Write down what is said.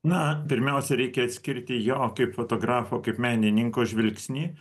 na pirmiausia reikia atskirti jo kaip fotografo kaip menininko žvilgsnį